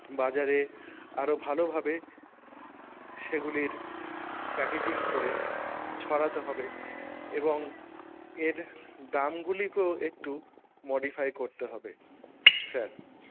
বাজারে আরো ভালোভাবে সেগুলির প্যাকেজিং করে ছড়াতে হবে এবং এর দামগুলিকেও একটু মডিফাই করতে হবে স্যার